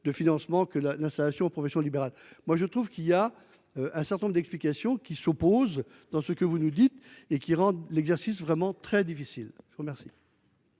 de financement que la l'installation, professions libérales, moi je trouve qu'il y a. Un certain nombre d'explications qui s'opposent dans ce que vous nous dites et qui rend l'exercice vraiment très difficile, je vous remercie.--